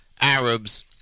Arabs